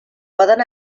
poden